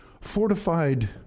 fortified